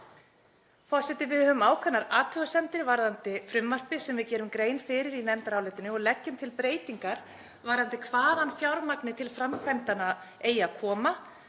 Forseti. Við höfum ákveðnar athugasemdir varðandi frumvarpið sem við gerum grein fyrir í nefndarálitinu og leggjum til breytingar varðandi hvaðan fjármagnið til framkvæmdanna eigi að koma.